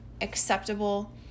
acceptable